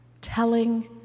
telling